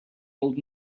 old